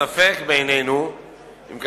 ספק בעינינו אם,